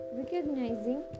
recognizing